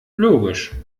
logisch